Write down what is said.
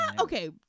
Okay